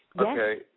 okay